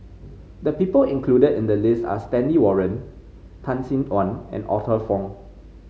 the people included in the list are Stanley Warren Tan Sin Aun and Arthur Fong